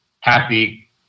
happy